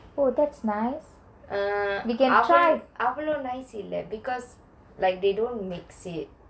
uh அவ்வளவு அவ்வளவு:avvalavu avvalavu nice இல்ல:illa because like they don't mix it